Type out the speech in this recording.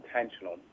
intentional